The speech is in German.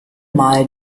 mal